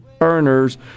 earners